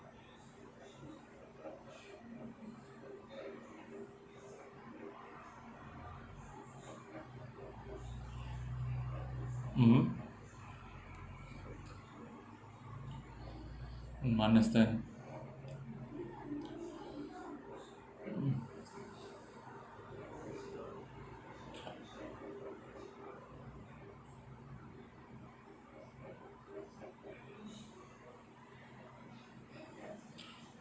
mm mm I understand mm